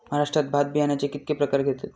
महाराष्ट्रात भात बियाण्याचे कीतके प्रकार घेतत?